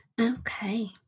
okay